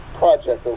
project